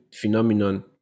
phenomenon